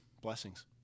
blessings